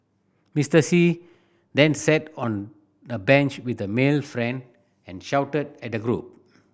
Mister See then sat on a bench with a male friend and shouted at the group